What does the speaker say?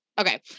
okay